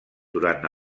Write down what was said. durant